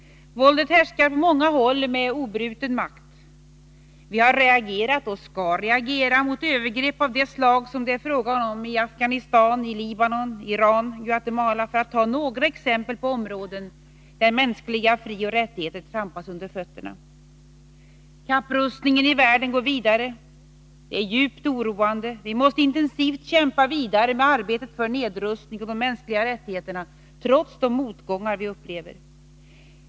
Våldet härskar på många håll med obruten makt. Vi har reagerat och skall reagera mot övergrepp av det slag som det är fråga omi Afghanistan, i Libanon, i Iran och i Guatemala — för att ta några exempel på områden där mänskliga frioch rättigheter trampas under fötterna. Kapprustningen i världen går vidare. Det är djupt oroande. Vi måste intensivt kämpa vidare med arbetet för nedrustning och för de mänskliga rättigheterna trots de motgångar vi upplever.